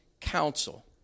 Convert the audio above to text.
counsel